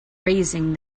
raising